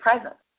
presence